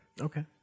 Okay